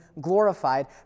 glorified